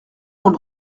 monde